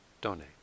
donate